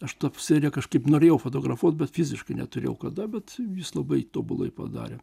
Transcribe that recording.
aš tą seriją kažkaip norėjau fotografuot bet fiziškai neturėjau kada bet jis labai tobulai padarė